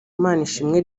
manishimwe